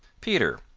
peter,